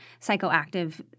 psychoactive